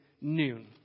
noon